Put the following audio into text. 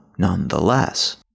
Nonetheless